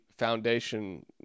foundation